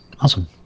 Awesome